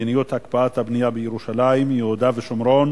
מדיניות הקפאת הבנייה בירושלים וביהודה ושומרון